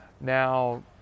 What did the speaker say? Now